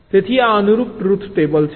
તેથી આ અનુરૂપ ટ્રુથ ટેબલ છે